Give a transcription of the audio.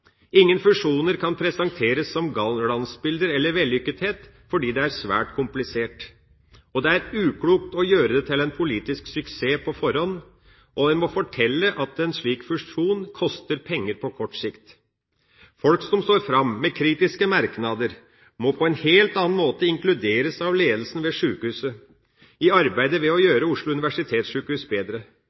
fusjoner kan presenteres som glansbilder eller vellykkethet, fordi det er svært komplisert. Det er uklokt å gjøre det til en politisk suksess på forhånd, og en må fortelle at en slik fusjon koster penger på kort sikt. Folk som står fram med kritiske merknader, må på en helt annen måte inkluderes av ledelsen ved sjukehuset i arbeidet med å gjøre Oslo universitetssykehus bedre.